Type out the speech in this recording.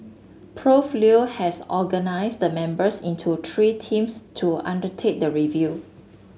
Prof Leo has organised the members into three teams to undertake the review